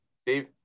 Steve